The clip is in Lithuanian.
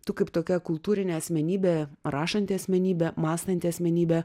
tu kaip tokia kultūrinė asmenybė rašanti asmenybė mąstanti asmenybė